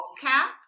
Cap